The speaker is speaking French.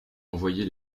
envoyer